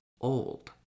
old